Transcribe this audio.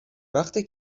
وقتی